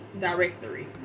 Directory